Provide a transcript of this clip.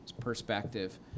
perspective